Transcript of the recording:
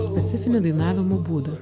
specifinį dainavimo būdą